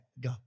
go